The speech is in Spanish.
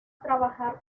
trabajar